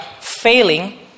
failing